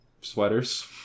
sweaters